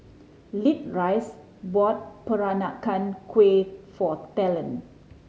Leatrice bought Peranakan Kueh for Talen